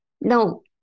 No